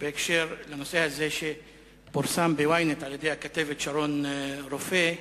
בנושא הזה, שפורסם ב-Ynet על-ידי הכתבת שרון רופא,